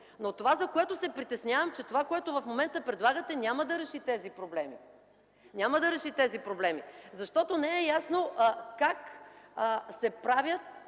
Това, за което се притеснявам – че това, което в момента предлагате, няма да реши тези проблеми. Няма да реши тези проблеми, защото не е ясно как се правят